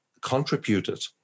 contributed